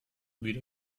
wie